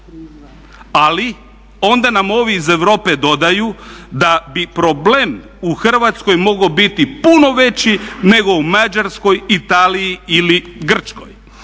Ali onda nam ovi iz Europe dodaju da bi problem u Hrvatskoj mogao biti puno veći nego u Mađarskoj, Italiji ili Grčkoj.